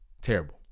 terrible